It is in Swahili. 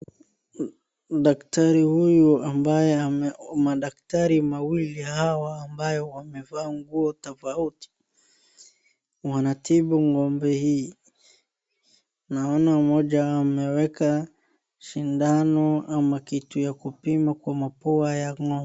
Madaktari mawili hawa ambaye wamevaa nguo tofauti wanatibu ng'ombe hii. Naona mmoja wao ameweka shindano ama kitu ya kupima kwa mapua ya ng'o......